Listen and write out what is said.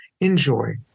enjoy